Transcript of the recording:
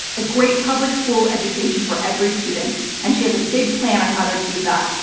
a great public school education for every student, and she has a big plan on how to achieve that.